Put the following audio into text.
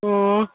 ꯑꯣ